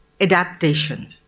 adaptation